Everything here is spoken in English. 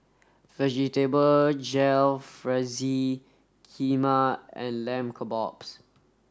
Vegetable Jalfrezi Kheema and Lamb Kebabs